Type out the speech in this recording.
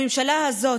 הממשלה הזאת,